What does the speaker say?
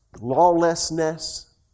lawlessness